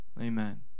amen